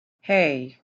hey